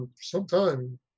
Sometime